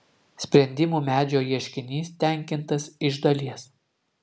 sprendimų medžio ieškinys tenkintas iš dalies